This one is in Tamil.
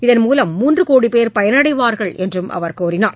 இதன்மூலம் மூன்று கோடி பேர் பயனடைவார்கள் என்றும் அவர் கூறினார்